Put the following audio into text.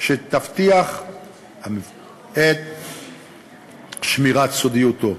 שיבטיח את שמירת סודיותו.